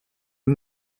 are